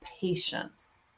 patience